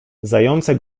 zające